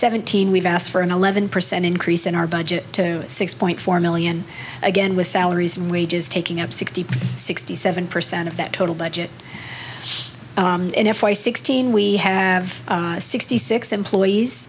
seventeen we've asked for an eleven percent increase in our budget to six point four million again with salaries and wages taking up sixty sixty seven percent of that total budget in f y sixteen we have sixty six employees